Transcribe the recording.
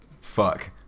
Fuck